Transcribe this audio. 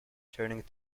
turning